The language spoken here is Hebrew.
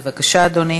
בבקשה, אדוני